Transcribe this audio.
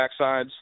backsides